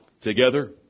Together